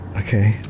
Okay